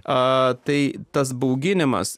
a tai tas bauginimas